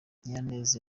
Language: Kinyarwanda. nyiraneza